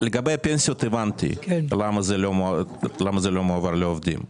לגבי הפנסיות הבנתי למה זה לא מועבר לעובדים.